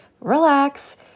relax